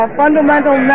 fundamental